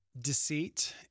Deceit